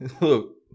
Look